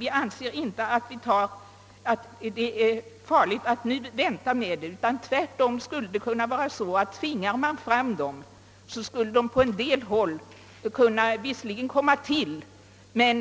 Vi anser emellertid inte att det är farligt att nu vänta med det utan tror tvärtom att om man tvingar fram samarbetsnämnder skulle de på en del håll visserligen existera men